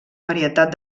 varietat